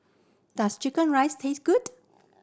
does chicken rice taste good